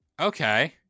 Okay